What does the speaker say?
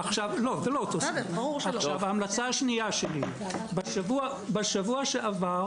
עכשיו ההמלצה השנייה שלי, בשבוע שעבר